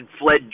fled